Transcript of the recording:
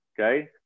okay